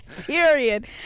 Period